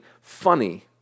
funny